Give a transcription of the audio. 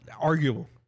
Arguable